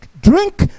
drink